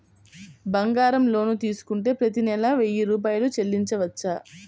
బంగారం లోన్ తీసుకుంటే ప్రతి నెల వెయ్యి రూపాయలు చెల్లించవచ్చా?